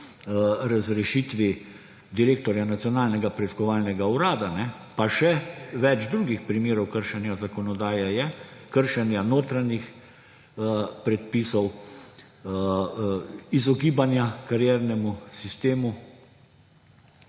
razrešitvi direktorja Nacionalnega preiskovalnega urada pa še več drugih primerov kršenja zakonodaje je, kršenja notranjih predpisov, izogibanja kariernemu sistemu.